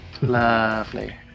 Lovely